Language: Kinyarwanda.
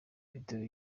videwo